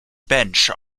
bench